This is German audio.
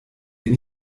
den